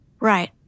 Right